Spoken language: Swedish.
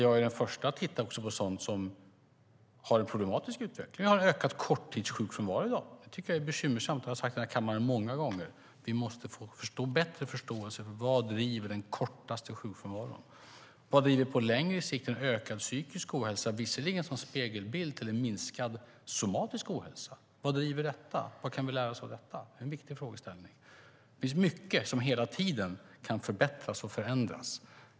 Jag är den förste att titta på sådant som har en problematisk utveckling. Vi har en ökad korttidssjukfrånvaro i dag. Det är bekymmersamt, vilket jag sagt i kammaren många gånger. Vi måste få bättre förståelse för vad det är som driver den kortaste sjukfrånvaron liksom vad det är som på längre sikt driver en ökad psykisk ohälsa, visserligen som spegelbild till minskad somatisk ohälsa. Vad driver på detta? Vad kan vi lära oss av det? Det är viktiga frågor att ställa. Det finns mycket som hela tiden kan förbättras och ändras.